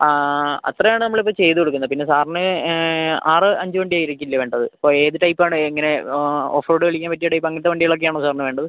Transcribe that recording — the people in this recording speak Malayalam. അത്ര ആണ് നമ്മൾ ഇപ്പം ചെയ്ത് കൊടുക്കുന്നത് പിന്നെ സാറിന് ആറ് അഞ്ച് വണ്ടി ആയിരിക്കില്ലെ വേണ്ടത് ഇപ്പം ഏത് ടൈപ്പ് ആണ് എങ്ങനെ ഓഫ്റോഡ് വലിക്കാൻ പറ്റിയ ടൈപ്പ് അങ്ങനത്ത വണ്ടികൾ ഒക്കെ ആണോ സാറിന് വേണ്ടത്